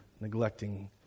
neglecting